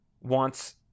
wants